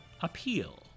appeal